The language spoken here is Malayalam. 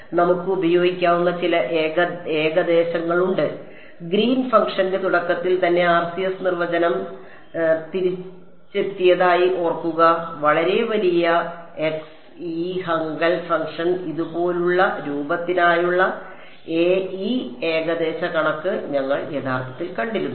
അതിനാൽ നമുക്ക് ഉപയോഗിക്കാവുന്ന ചില ഏകദേശങ്ങളുണ്ട് ഗ്രീൻ ഫംഗ്ഷന്റെ തുടക്കത്തിൽ തന്നെ RCS നിർവചനം തിരിച്ചെത്തിയതായി ഓർക്കുക വളരെ വലിയ x ഈ ഹാങ്കെൽ ഫംഗ്ഷൻ ഇതുപോലെയുള്ള രൂപത്തിനായുള്ള ഈ ഏകദേശ കണക്ക് ഞങ്ങൾ യഥാർത്ഥത്തിൽ കണ്ടിരുന്നു